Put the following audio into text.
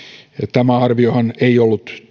tämä arviohan ei ollut